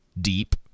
deep